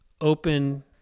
open